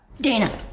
Dana